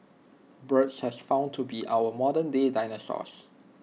birds have been found to be our modernday dinosaurs